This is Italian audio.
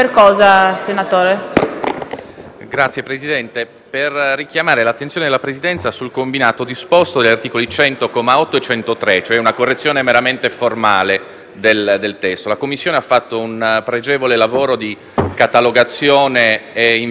intervengo per richiamare l'attenzione della Presidenza sul combinato disposto degli articoli 100, comma 8, e 103 del Regolamento, ossia una correzione meramente formale del testo. La Commissione ha fatto una pregevole lavoro di catalogazione e inventariazione di tutte le isole minori